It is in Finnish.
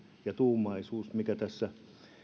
ja tuumaisuus mikä tässä